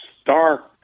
stark